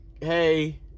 hey